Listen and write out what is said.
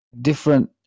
different